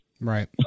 Right